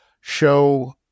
show